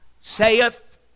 Saith